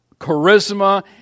charisma